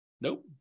Nope